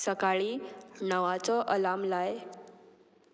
सकाळीं णवाचो अलार्म लाय